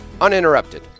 Uninterrupted